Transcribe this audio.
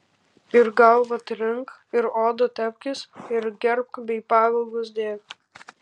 ir galvą trink ir odą tepkis ir gerk bei pavilgus dėk